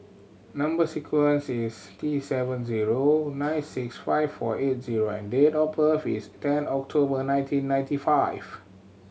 number sequence is T seven zero nine six five four eight zero and date of birth is ten October nineteen ninety five